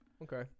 okay